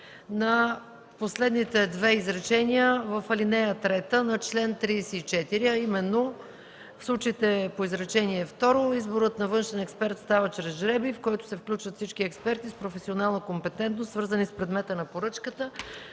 на последните две изречения в ал. 3 на чл. 34, а именно: „В случаите по изречение второ изборът на външен експерт става чрез жребий, в който се включват всички експерти с професионална компетентност, свързана с предмета на поръчката.